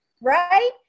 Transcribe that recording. right